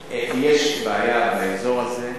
יש בעיה באזור הזה,